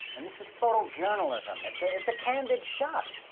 and this is photojournalism, it's ah it's a candid shot.